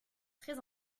très